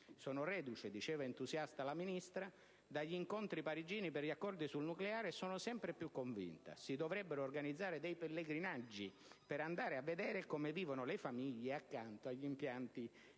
«Sono reduce», diceva entusiasta la Ministra «dagli incontri parigini per gli accordi sul nucleare e sono sempre più convinta. Si dovrebbero organizzare dei pellegrinaggi per andare a vedere come vivono le famiglie accanto agli impianti